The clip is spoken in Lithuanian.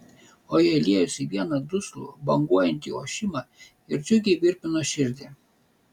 o jie liejosi į vieną duslų banguojantį ošimą ir džiugiai virpino širdį